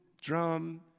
drum